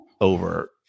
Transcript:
over